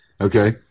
Okay